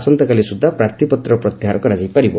ଆସନ୍ତାକାଲି ସୁଦ୍ଧା ପ୍ରାର୍ଥୀପତ୍ର ପ୍ରତ୍ୟାହାର କରାଯାଇପାରିବ